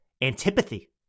antipathy